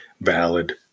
valid